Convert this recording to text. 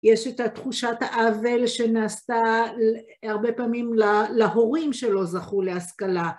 יש את תחושת האבל שנעשתה הרבה פעמים להורים שלא זכו להשכלה.